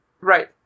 Right